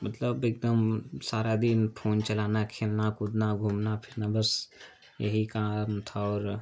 मतलब एक दम सारा दिन फोन चलाना खेलना कूदना घूमना फिरना बस यही काम था और